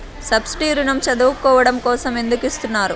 Subsidy ఋణం చదువుకోవడం కోసం ఎందుకు ఇస్తున్నారు?